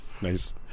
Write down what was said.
Nice